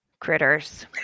Critters